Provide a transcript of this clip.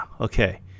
Okay